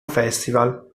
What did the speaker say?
festival